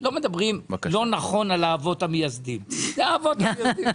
לא מדברים לא נכון על האבות המייסדים; אלה האבות המייסדים.